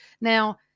Now